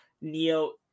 Neo